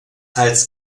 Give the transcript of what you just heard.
als